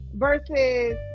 Versus